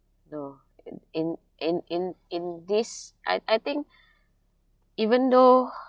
you know in in in in in this I I think even though